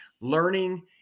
learning